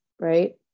right